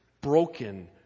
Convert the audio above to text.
broken